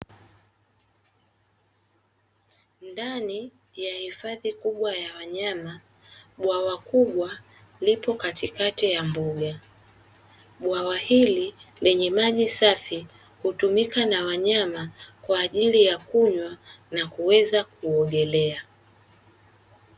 Ndani ya hifadhi kubwa ya wanyama bwawa kubwa lipo katikati ya mboga, bwawa hili lenye maji safi hutumika na wanyama kwaajili ya kunywa na kuweza kuogelea.